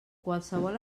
qualsevol